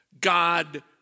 God